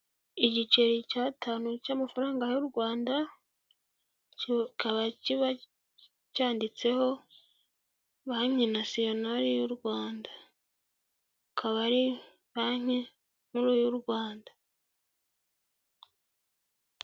Igiceri cy'atanu cy'amafaranga y'Urwanda, kikaba kiba cyanditseho banki nasiyonari y'Urwanda, akaba ari banki nkuru y'Urwanda.